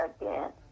again